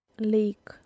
leak